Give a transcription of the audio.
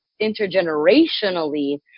intergenerationally